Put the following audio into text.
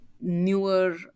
newer